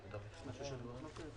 זה לא מופיע פה בהעברות.